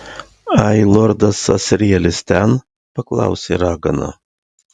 ai lordas asrielis ten paklausė ragana